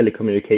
telecommunication